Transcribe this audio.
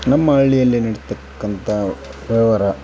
ನಮ್ಮ ಹಳ್ಳಿಯಲ್ಲಿ ನಡಿತಕ್ಕಂಥ ವ್ಯವಹಾರ